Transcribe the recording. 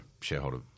shareholder